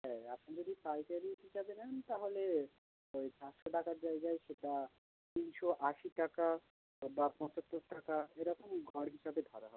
হ্যাঁ আপনি যদি পাইকারি হিসাবে নেন তাহলে ওই পাঁচশো টাকার জায়গায় সেটা তিনশো আশি টাকা বা পঁচাত্তর টাকা এরকম গড় হিসাবে ধরা হবে